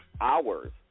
hours